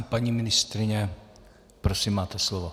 Paní ministryně, prosím máte slovo.